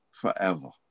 forever